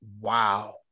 wow